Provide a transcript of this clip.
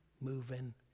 moving